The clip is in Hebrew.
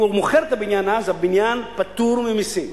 אם הוא מוכר את הבניין אז הבניין פטור ממסים.